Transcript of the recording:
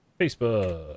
Facebook